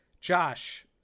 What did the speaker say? josh